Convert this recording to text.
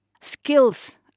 skills